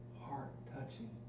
heart-touching